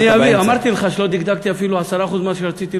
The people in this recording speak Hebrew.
אני אמרתי לך שלא דגדגתי אפילו 10% ממה שרציתי לומר,